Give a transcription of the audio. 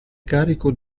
carico